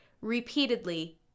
repeatedly